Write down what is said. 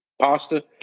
pasta